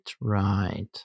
right